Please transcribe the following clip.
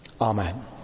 Amen